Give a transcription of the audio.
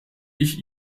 ich